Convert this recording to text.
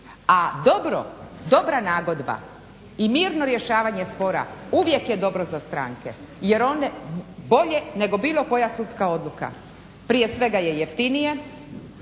A dobra nagodba i mirno rješavanje spora uvijek je dobro za strane jer one bolje nego bilo koja sudska odluka. Prije svega ja jeftinije,